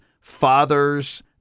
fathers